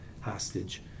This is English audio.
hostage